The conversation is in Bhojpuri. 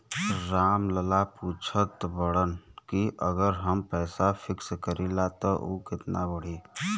राम लाल पूछत बड़न की अगर हम पैसा फिक्स करीला त ऊ कितना बड़ी?